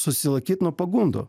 susilaikyt nuo pagundų